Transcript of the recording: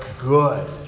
good